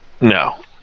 no